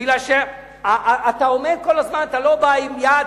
מפני שאתה עומד כל הזמן ולא בא עם יעד